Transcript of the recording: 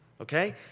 Okay